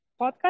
podcast